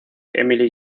emily